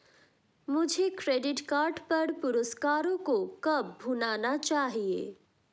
मुझे credit card पर पुरस्कारों को कब भुनाना चाहिए?